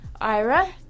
Ira